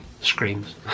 screams